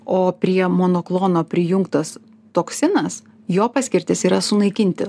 o prie monoklono prijungtas toksinas jo paskirtis yra sunaikinti